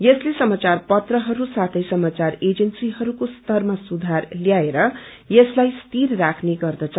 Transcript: यसले समाचार पत्रहरू साथै समाचार एजेन्सीहरूको स्तरमा सुधार ल्याएर यसलाई सिथर राख्ने गर्दछ